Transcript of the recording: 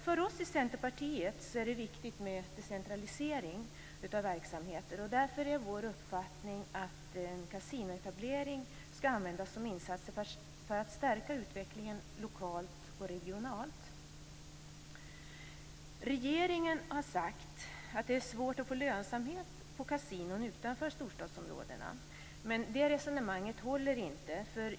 För oss i Centerpartiet är det viktigt med decentralisering av verksamheter, och därför är vår uppfattning att kasinoetablering skall användas som insats för att stärka utvecklingen lokalt och regionalt. Regeringen har sagt att det är svårt att få lönsamhet på kasinon utanför storstadsområdena. Men det resonemanget håller inte.